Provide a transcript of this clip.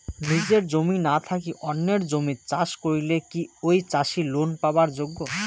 নিজের জমি না থাকি অন্যের জমিত চাষ করিলে কি ঐ চাষী লোন পাবার যোগ্য?